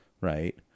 right